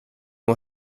mon